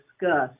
discussed